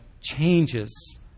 changes